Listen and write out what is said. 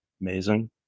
amazing